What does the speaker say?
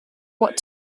what